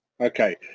Okay